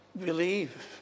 believe